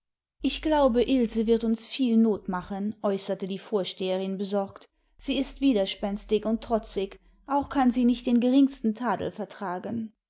ich glaube ilse wird uns viel not machen äußerte die vorsteherin besorgt sie ist widerspenstig und trotzig auch kann sie nicht den geringsten tadel vertragen